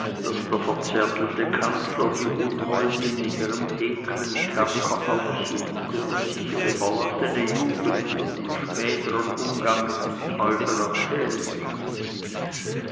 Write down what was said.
der verzärtelte kanzler die unholdin in ihrem ekeln kerker aufsuchte und sich ihre verlassene jugend und ihren spätern umgang mit dem teufel erzählen ließ